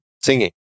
singing